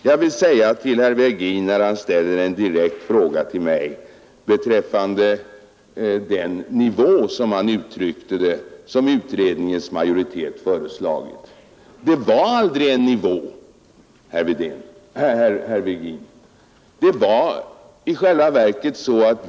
Herr Virgin ställde en direkt fråga till mig beträffande den nivå, som han uttryckte det, som utredningens majoritet föreslagit. Det var aldrig en nivå, herr Virgin.